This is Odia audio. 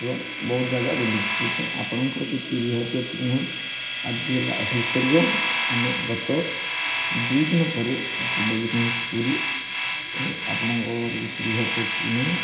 ଏବଂ ବହୁତ ଜାଗା ବୁଲିଛୁ ସେଇଥିପାଇଁ ଆପଣଙ୍କର କିଛି ରିହାତି ଅଛି କି ନାହିଁ ଆଜି ହେଲା ଅଠେଇଶି ତାରିଖ ଆମେ ଗତ ଦୁଇ ଦିନ ପରେ ଯିବାକୁ ଚାହୁଁଛୁ ପୁରୀ ଓ ଆପଣଙ୍କର କିଛି ରିହାତି ଅଛି କି ନାହିଁ